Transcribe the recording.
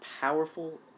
powerful